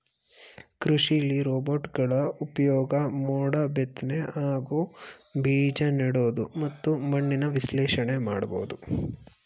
ಕೃಷಿಲಿ ರೋಬೋಟ್ಗಳ ಉಪ್ಯೋಗ ಮೋಡ ಬಿತ್ನೆ ಹಾಗೂ ಬೀಜನೆಡೋದು ಮತ್ತು ಮಣ್ಣಿನ ವಿಶ್ಲೇಷಣೆನ ಮಾಡ್ಬೋದು